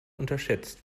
unterschätzt